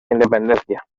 independencia